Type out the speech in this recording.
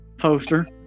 poster